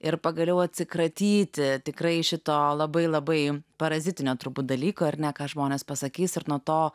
ir pagaliau atsikratyti tikrai šito labai labai parazitinio trumpo dalyko ar ne ką žmonės pasakys ir nuo to